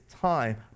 time